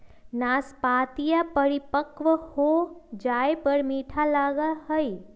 नाशपतीया परिपक्व हो जाये पर मीठा लगा हई